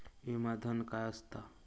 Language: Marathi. विमा धन काय असता?